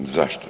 Zašto?